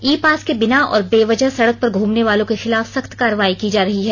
ई pass के बिना और बेवजह सड़क पर घूमने वालों के खिलाफ सख्त कार्रवाई की जा रही है